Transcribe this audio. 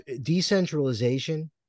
decentralization